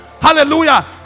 Hallelujah